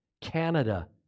Canada